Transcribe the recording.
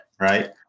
right